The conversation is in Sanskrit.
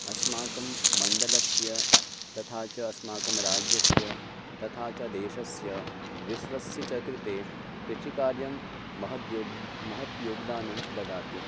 अस्माकं मण्डलस्य तथा च अस्माकं राज्यस्य तथा च देशस्य विश्वस्य च कृते कृषिकार्यं महद्योगं महत् योगदानं ददाति